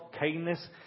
kindness